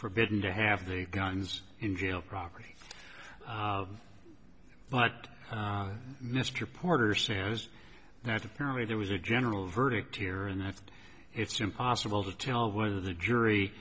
forbidden to have the guns in jail property but mr porter says that apparently there was a general verdict here and that it's impossible to tell whether the jury